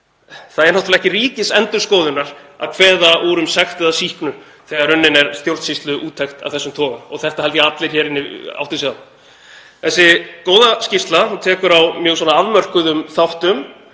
Það er náttúrlega ekki Ríkisendurskoðunar að skera úr um sekt eða sýknu þegar unnin er stjórnsýsluúttekt af þessum toga og ég held að allir hér inni átti sig á því. Þessi góða skýrsla tekur á mjög afmörkuðum þáttum